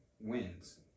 Wins